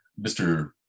Mr